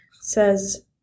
says